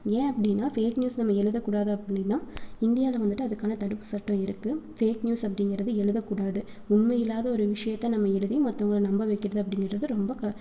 ஏன் அப்படினா fake news நம்ம எழுதக்கூடாது அப்படினா இந்தியாவில வந்துட்டு அதுக்கான தடுப்பு சட்டம் இருக்குது ஃபேக் நியூஸ் அப்படிங்கறது எழுதக் கூடாது உண்மையில்லாத ஒரு விஷயத்தை நம்ம எழுதி மத்தவங்களை நம்ப வைக்கிறது அப்படிங்கிறது ரொம்ப க